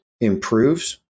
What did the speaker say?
improves